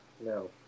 No